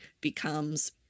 becomes